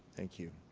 thank you.